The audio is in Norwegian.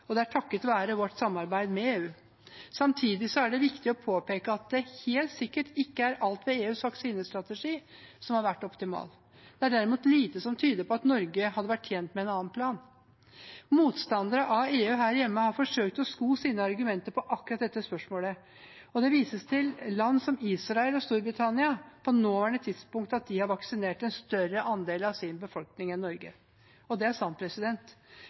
og det er takket være vårt samarbeid med EU. Samtidig er det viktig å påpeke at det helt sikkert ikke er alt ved EUs vaksinestrategi som har vært optimalt. Det er derimot lite som tyder på at Norge hadde vært tjent med en annen plan. Motstandere av EU her hjemme har forsøkt å sko sine argumenter på akkurat dette spørsmålet. Det vises til at land som Israel og Storbritannia på det nåværende tidspunkt har vaksinert en større andel av sin befolkning enn Norge, og det er sant.